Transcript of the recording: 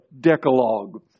Decalogue